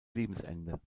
lebensende